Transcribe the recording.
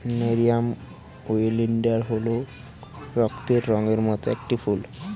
nerium oleander হল রক্তের রঙের মত একটি ফুল